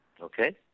Okay